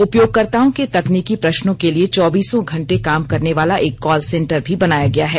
उपयोगकर्ताओं के तकनीकी प्रश्नों के लिए चौबीसों घंटे काम करने वाला एक कॉल सेंटर भी बनाया गया है